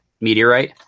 meteorite